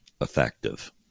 effective